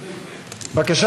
הכנסת.